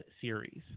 series